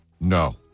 No